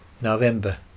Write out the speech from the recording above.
November